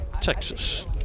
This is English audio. Texas